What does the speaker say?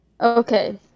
Okay